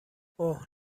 اوه